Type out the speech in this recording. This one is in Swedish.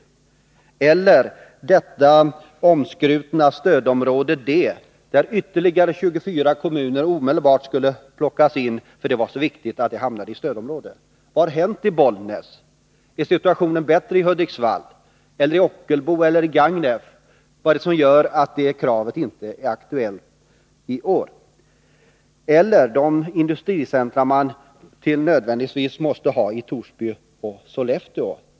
Hur ligger det till med det omskrutna stödområde D, där ytterligare 24 kommuner omedelbart skulle plockas in, därför att det var så viktigt att dessa kommuner hamnade i ett stödområde? Vad har hänt i Bollnäs? Är situationen bättre i Hudiksvall, Ockelbo och Gagnef? Vad är det som gör att det kravet inte är aktuellt i år? Hur är det med de industricentra som man nödvändigtvis måste ha i Torsby och Sollefteå?